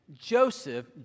Joseph